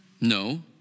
no